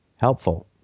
helpful